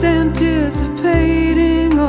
anticipating